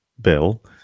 Bill